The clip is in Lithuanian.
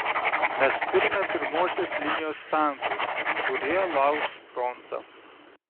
mes turime pirmosios linijos tankų kurie lauš frontą